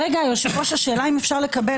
השאלה אם אפשר לקבל